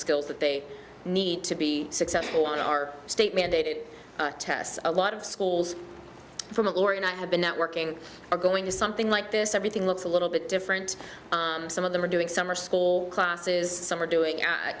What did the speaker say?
skills that they need to be successful on our state mandated tests a lot of schools from lauren i have been networking are going to something like this everything looks a little bit different some of them are doing summer school classes some are doing a